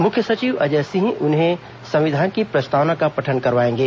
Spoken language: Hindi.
मुख्य सचिव अजय सिंह उन्हें संविधान की प्रस्तावना का पठन करवाएंगे